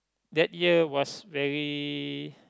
that year was very